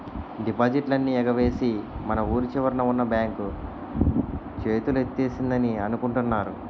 డిపాజిట్లన్నీ ఎగవేసి మన వూరి చివరన ఉన్న బాంక్ చేతులెత్తేసిందని అనుకుంటున్నారు